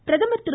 பிரதமர் திரு